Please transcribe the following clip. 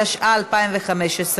התשע"ה 2015,